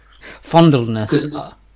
Fondleness